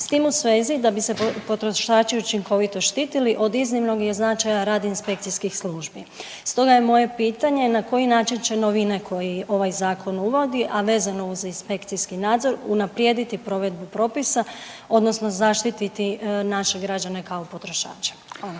S tim u svezi da bi se potrošači učinkovito štitili od iznimnog je značaja radi inspekcijskih službi, stoga je moje pitanje na koji način će novine koji ovaj zakon uvodi, a vezano uz inspekcijski nadzor unaprijediti provedbu propisa, odnosno zaštiti naše građane kao potrošače. Hvala.